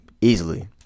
Easily